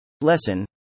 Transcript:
Lesson